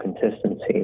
consistency